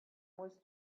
was